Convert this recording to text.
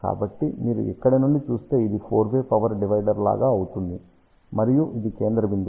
కాబట్టి మీరు ఇక్కడ నుండి చూస్తే ఇది ఫోర్ వే పవర్ డివైడర్ లాగా అవుతుంది మరియు ఇది కేంద్ర బిందువు